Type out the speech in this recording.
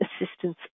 assistance